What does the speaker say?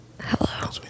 Hello